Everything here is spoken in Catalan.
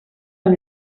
amb